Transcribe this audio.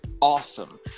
awesome